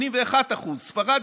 81%; ספרד,